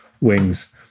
wings